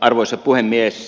arvoisa puhemies